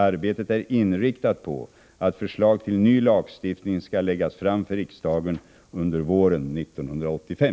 Arbetet är inriktat på att förslag till ny lagstiftning skall läggas fram för riksdagen under våren 1985.